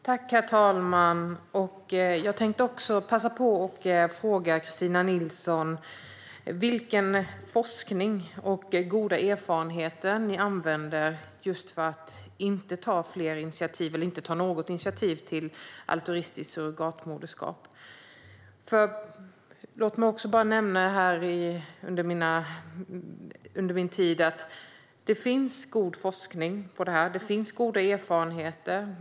Herr talman! Jag tänkte också passa på att fråga Kristina Nilsson vilken forskning och vilka goda erfarenheter ni använder för att inte ta något initiativ till altruistiskt surrogatmoderskap. Låt mig nämna här att det finns god forskning om detta. Det finns goda erfarenheter.